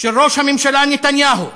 של ראש הממשלה נתניהו,